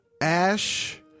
Ash